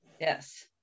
Yes